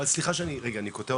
סליחה שאני רגע קוטע אותך,